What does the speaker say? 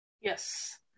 Yes